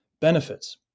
benefits